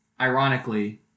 ironically